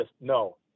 No